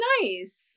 nice